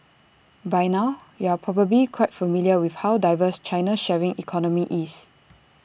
by now you're probably quite familiar with how diverse China's sharing economy is